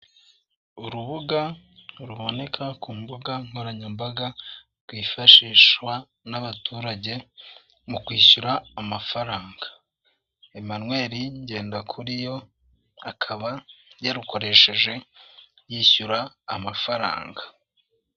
Urubuga ruboneka ku mbuga nkoranyambaga rwifashishwa n'abaturage mu kwishyura amafaranga, Emanweri Ngendakuriyo akaba yarukoresheje yishyura amafaranga.